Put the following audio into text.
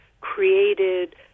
created